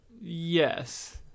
Yes